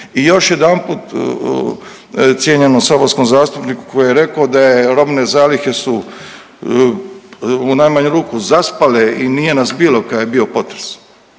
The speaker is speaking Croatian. I još jedanput cijenjenom saborskom zastupniku koji je rekao da su robne zalihe u najmanju ruku zaspale i nije nas bilo kad je bio potres.